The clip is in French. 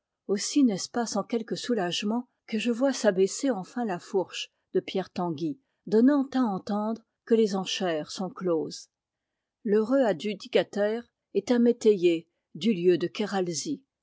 aussi n'est-ce pas sans quelque soulagement que je vois s'abaisser enfin la fourche de pierre tanguy donnant à entendre que les enchères sont closes l'heureux adjudicataire est un métayer du lieu de